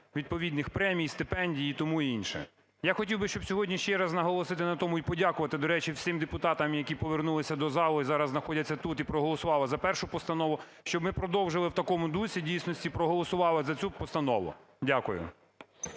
відповідних премій, стипендій і тому інше. Я хотів би, щоб сьогодні ще раз наголосити на тому, і подякувати, до речі, всім депутатам, які повернулися до залу і зараз знаходяться тут, і проголосували за першу постанову, щоб ми продовжили у такому дусі, в дійсності проголосували за цю постанову. Дякую.